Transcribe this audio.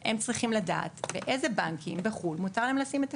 הם צריכים לדעת באילו בנקים בחו"ל מותר להם לשים את הכספים.